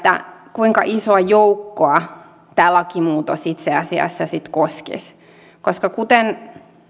kuinka isoa joukkoa tämä lakimuutos itse asiassa sitten koskisi koska kuten